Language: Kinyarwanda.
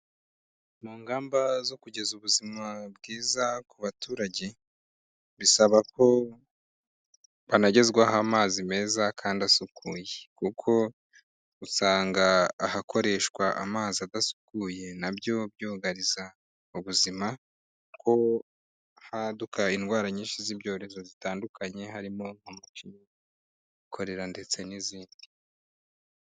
Mu ngamba zo kugeza ubuzima bwiza ku baturage, bisaba ko banagezwaho amazi meza kandi asukuye, kuko usanga ahakoreshwa amazi adasukuye nabyo byugariza ubuzima, kuko haduka indwara nyinshi z'ibyorezo zitandukanye, harimo nka macinya, korera ndetse n'izindi.